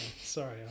sorry